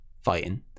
fighting